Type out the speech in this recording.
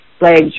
legs